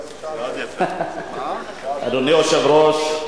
אדוני היושב-ראש,